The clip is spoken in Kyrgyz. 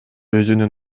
өзүнүн